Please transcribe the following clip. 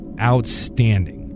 outstanding